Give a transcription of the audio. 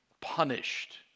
punished